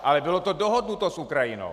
Ale bylo to dohodnuto s Ukrajinou.